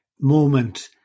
moment